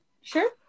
sure